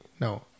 No